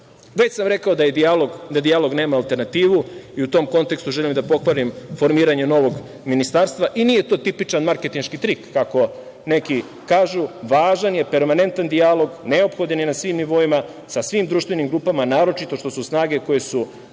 sam rekao da dijalog nema alternativu i u tom kontekstu želim da pohvalim formiranje novog ministarstva. Nije to tipičan marketinški trik, kako to neki kažu. Važan je permanentan dijalog, neophodan je na svim nivoima sa svim društvenim grupama, naročito što su snage koje su